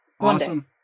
Awesome